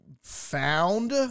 found